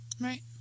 Right